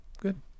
Good